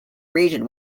region